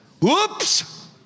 Whoops